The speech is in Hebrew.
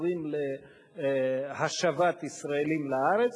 שקשורות להשבת ישראלים לארץ,